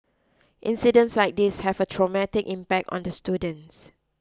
incidents like these have a traumatic impact on the students